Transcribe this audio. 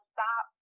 Stop